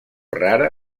rara